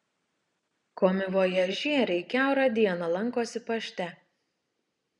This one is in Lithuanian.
komivojažieriai kiaurą dieną lankosi pašte